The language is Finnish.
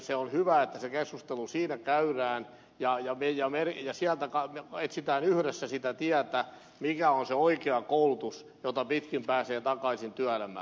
se on hyvä että se keskustelu siinä käydään ja etsitään yhdessä sitä tietä mikä on se oikea koulutus jota pitkin pääsee takaisin työelämään